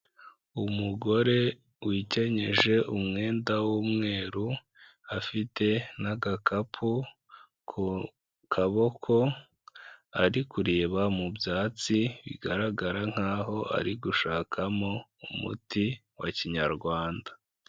Umugore wikenyeje umwenda w'umweru afite n'agakapu ku kaboko ari kureba mu byatsi; bigaragara nkaho ari gushakamo umuti wa kinyarwanda.